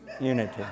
unity